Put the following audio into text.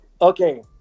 okay